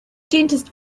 dentist